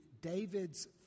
David's